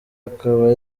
akaba